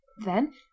Then